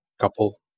couple